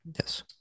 yes